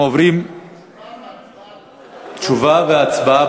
תשובה והצבעה.